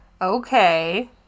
Okay